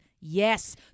Yes